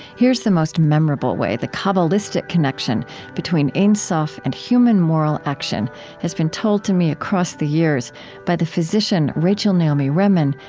here is the most memorable way the kabbalistic connection between ein sof and human moral action has been told to me across the years by the physician rachel naomi remen,